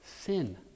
sin